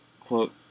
Quote